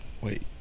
Wait